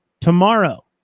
tomorrow